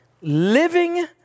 living